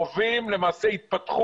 אנחנו למעשה חווים התפתחות